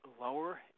lower